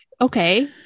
okay